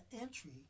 entry